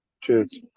Cheers